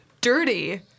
dirty